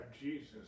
Jesus